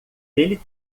ele